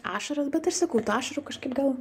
ašaras bet aš sakau tų ašarų kažkaip gal